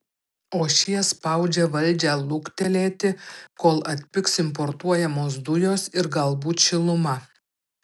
o šie spaudžia valdžią luktelėti kol atpigs importuojamos dujos ir galbūt šiluma